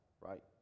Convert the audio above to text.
right